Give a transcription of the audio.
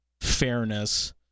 fairness